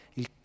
il